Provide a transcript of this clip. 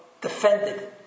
defended